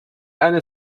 eine